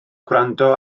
gwrando